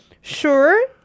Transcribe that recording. Sure